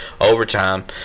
overtime